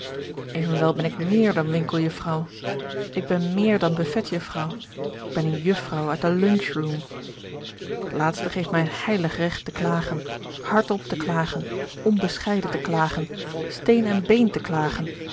ben méér dan winkeljuffrouw ik ben méér dan buffetjuffrouw ik ben een juffrouw uit de l u n c h r o o m t laatste geeft mij een heilig recht te klagen hardop te klagen onbescheiden te klagen steen en been te klagen